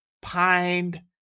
Pined